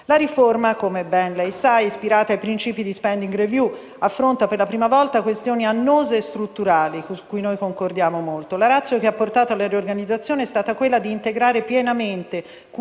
La riforma, ispirata ai principi di *spending review*, affronta per la prima volta questioni annose e strutturali, sulle quali noi concordiamo molto. La *ratio* che ha portato alla riorganizzazione è stata quella di integrare pienamente